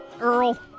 Earl